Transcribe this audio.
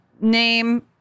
name